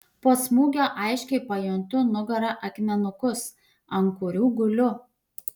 po smūgio aiškiai pajuntu nugara akmenukus ant kurių guliu